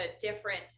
different